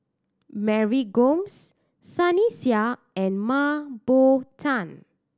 Mary Gomes Sunny Sia and Mah Bow Tan